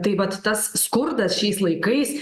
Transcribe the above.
tai vat tas skurdas šiais laikais